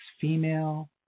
female